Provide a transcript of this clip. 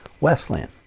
Westland